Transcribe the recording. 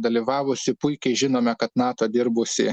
dalyvavusi puikiai žinome kad nato dirbusi